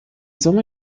summe